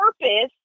purpose